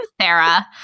Sarah